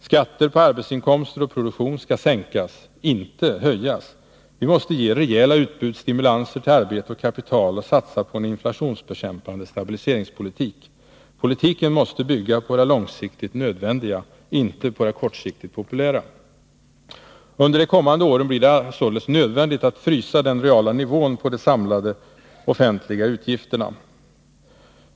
Skatter på arbetsinkomster och produktion skall sänkas — inte höjas! Vi måste ge rejäla utbudsstimulanser till arbete och kapital och satsa på en inflationsbekämpande stabiliseringspolitik. Politiken måste bygga på det långsiktigt nödvändiga — inte det kortsiktigt populära! Under de kommande åren blir det således nödvändigt att ”frysa” den reala nivån på de samlade offentliga utgifterna.